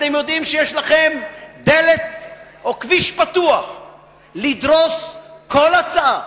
אתם יודעים שיש לכם דלת או כביש פתוח לדרוס כל הצעה,